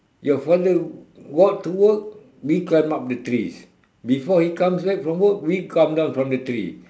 your father go out to work we climb up the trees before he comes back from work we come down from the tree